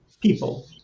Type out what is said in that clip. people